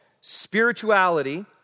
spirituality